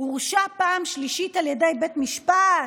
הורשע פעם שלישית על ידי בית המשפט,